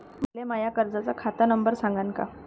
मले माया कर्जाचा खात नंबर सांगान का?